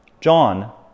John